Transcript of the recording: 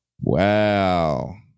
Wow